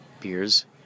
beers